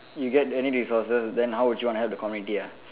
you get any resources then how would you want to help the community ah